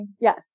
Yes